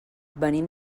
venim